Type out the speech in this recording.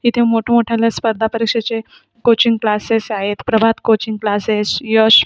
इथे मोठमोठाल्या स्पर्धा परीक्षेचे कोचिंग क्लासेस आहेत प्रभात कोचिंग क्लासेस यश